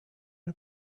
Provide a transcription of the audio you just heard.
who